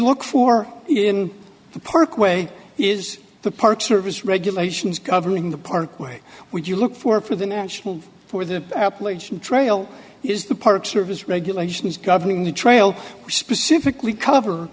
look for in the parkway is the park service regulations governing the parkway would you look for it for the national for the appalachian trail is the park service regulations governing the trail specifically cover